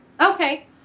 Okay